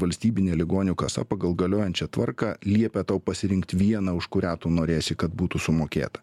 valstybinė ligonių kasa pagal galiojančią tvarką liepia tau pasirinkt vieną už kurią tu norėsi kad būtų sumokėta